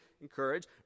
encourage